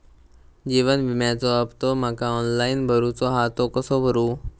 जीवन विम्याचो हफ्तो माका ऑनलाइन भरूचो हा तो कसो भरू?